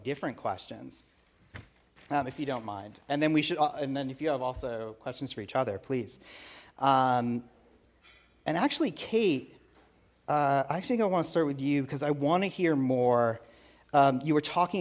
different questions now if you don't mind and then we should and then if you have also questions for each other please and actually kate i think i want to start with you because i want to hear more you were talking